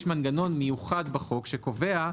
יש מנגנון מיוחד בחוק שקובע,